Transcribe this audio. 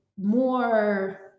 more